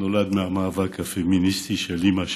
נולד מהמאבק הפמיניסטי של אימא שלי.